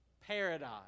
Paradise